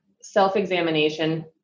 self-examination